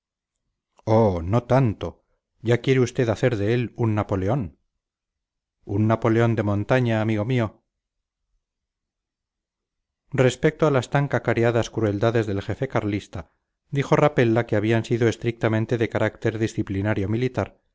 oh no tanto ya quiere usted hacer de él un napoleón un napoleón de montaña amigo mío respecto a las tan cacareadas crueldades del jefe carlista dijo rapella que habían sido estrictamente de carácter disciplinario militar